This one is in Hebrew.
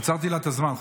עצרתי לה את הזמן.